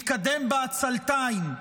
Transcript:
מתקדם בעצלתיים,